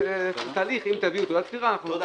אם תביאו תעודת פטירה.